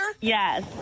Yes